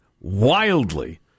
Wildly